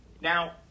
Now